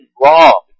wrong